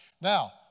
Now